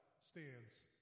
stands